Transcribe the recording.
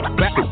back